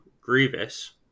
Grievous